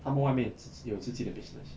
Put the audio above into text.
他们外面自己有自己的 business